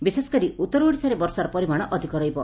ବିଶେଷ କରି ଉଉର ଓଡ଼ିଶାରେ ବର୍ଷାର ପରିମାଣ ଅଧିକ ରହିବ